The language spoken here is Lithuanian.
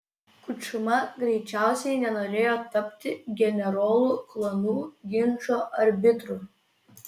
kučma greičiausiai nenorėjo tapti generolų klanų ginčo arbitru